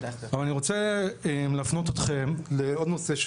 אבל אני רוצה להפנות אתכם לעוד נושא,